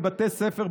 בבתי ספר,